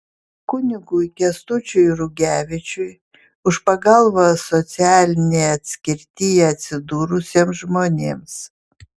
kunigui kęstučiui rugevičiui už pagalbą socialinėje atskirtyje atsidūrusiems žmonėms